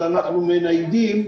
אבל אנחנו מניידים,